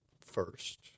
first